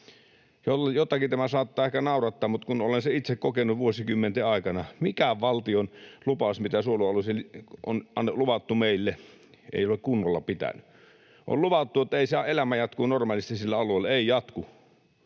Joitakin tämä saattaa ehkä naurattaa, mutta olen sen itse kokenut vuosikymmenten aikana, että mikään valtion lupaus, mitä suojelualueista on luvattu meille, ei ole kunnolla pitänyt: On luvattu, että saa elämä jatkua normaalisti sillä alueella. Ei jatku,